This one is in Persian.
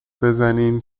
بزنین